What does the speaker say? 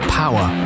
power